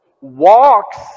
walks